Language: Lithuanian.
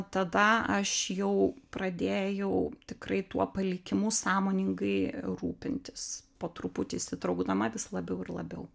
tada aš jau pradėjau tikrai tuo palikimu sąmoningai rūpintis po truputį įsitraukdama vis labiau ir labiau